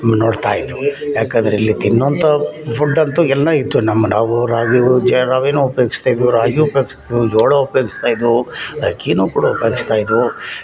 ನೋಡ್ತಾಯಿದ್ದೆವು ಯಾಕೆಂದರೆ ಇಲ್ಲಿ ತಿನ್ನುವಂಥ ಫುಡ್ ಅಂತೂ ಎಲ್ಲ ಇತ್ತು ನಮ್ಮ ನಾವು ರಾಗಿ ಮುಂಚೆ ರವೆಯೂ ಉಪಯೋಗಿಸ್ತಾಯಿದ್ವು ರಾಗಿ ಉಪಯೋಗಿಸ್ತಿದ್ವು ಜೋಳ ಉಪಯೋಗಿಸ್ತಾಯಿದ್ವು ಅಕ್ಕಿಯೂ ಕೂಡ ಉಪಯೋಗಿಸ್ತಾಯಿದ್ವು